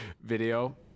video